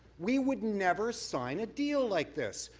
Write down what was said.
we would never sign a deal like this.